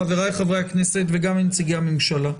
לחבריי חברי הכנסת וגם לנציגי הממשלה,